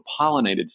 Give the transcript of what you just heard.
pollinated